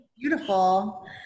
beautiful